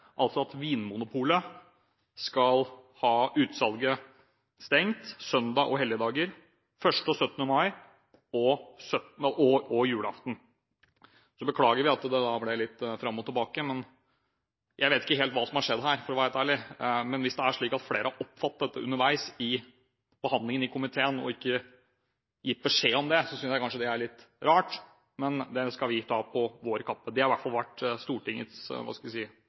altså at Vinmonopolet skal ha utsalgene stengt søn- og helligdager, 1. og 17. mai og julaften. Så beklager vi at det ble litt fram og tilbake. Jeg vet ikke helt hva som har skjedd her, for å være helt ærlig, men hvis det er slik at flere har oppfattet dette underveis i behandlingen i komiteen og ikke gitt beskjed om det, synes jeg kanskje det er litt rart, men det skal vi ta på vår kappe. Dette har i alle fall vært